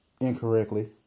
incorrectly